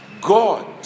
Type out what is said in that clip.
God